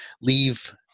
leave